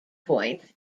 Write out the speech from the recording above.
point